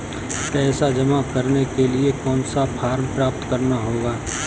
पैसा जमा करने के लिए कौन सा फॉर्म प्राप्त करना होगा?